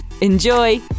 Enjoy